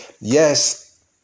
yes